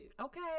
Okay